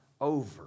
over